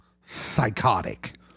psychotic